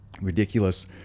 ridiculous